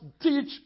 teach